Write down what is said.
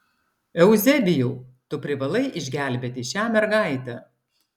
euzebijau tu privalai išgelbėti šią mergaitę